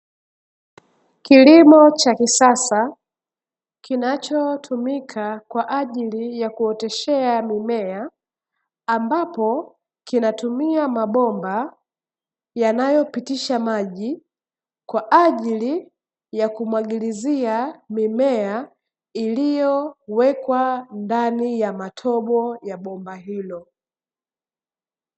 Kilimo cha kisasa, kinachotumika kwa ajili ya kuoteshea mimea, ambapo kinatumia mabomba yanayopitisha maji, kwa ajili ya kumwagilizia mimea, iliyowekwa ndani ya matobo ya bomba hilo.